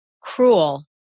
cruel